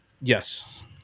Yes